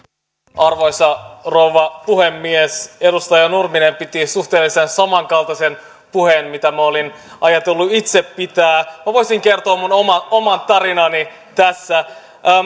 arvoisa rouva puhemies edustaja nurminen piti suhteellisen samankaltaisen puheen mitä olin ajatellut itse pitää minä voisin kertoa oman tarinani tässä